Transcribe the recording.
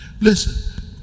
Listen